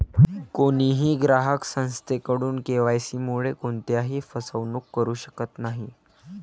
कोणीही ग्राहक संस्थेकडून के.वाय.सी मुळे कोणत्याही फसवणूक करू शकत नाही